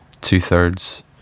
two-thirds